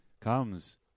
comes